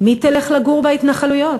מי תלך לגור בהתנחלויות?